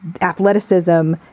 athleticism